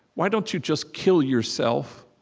why don't you just kill yourself?